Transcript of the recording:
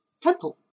temple